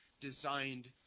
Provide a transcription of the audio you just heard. designed